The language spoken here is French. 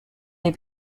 les